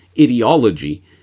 ideology